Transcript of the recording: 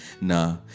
Nah